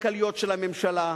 הכלכליות של הממשלה,